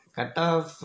Cut-off